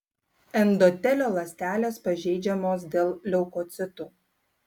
endotelio ląstelės pažeidžiamos dėl leukocitų